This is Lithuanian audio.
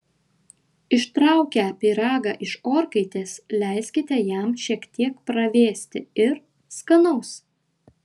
ištraukę pyragą iš orkaitės leiskite jam šiek tiek pravėsti ir skanaus